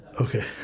Okay